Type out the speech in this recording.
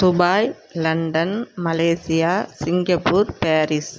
Dubai London Malaysia Singapore Paris